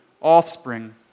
offspring